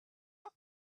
are